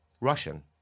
Russian